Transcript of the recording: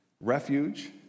refuge